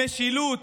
משילות,